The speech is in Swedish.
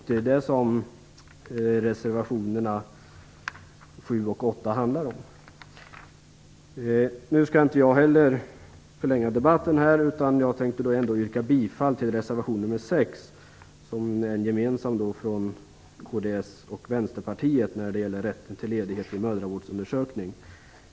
Det är detta som reservationerna 7 och 8 handlar om. Jag skall inte förlänga debatten, men jag tänker yrka bifall till reservation 6, som är gemensam för kds och Vänsterpartiet, om rätten till ledighet för mödravårdsundersökning.